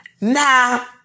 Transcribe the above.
Now